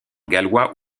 gallois